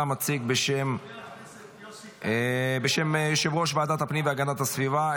אתה מציג את הצעת החוק בשם יושב-ראש ועדת הפנים והגנת הסביבה,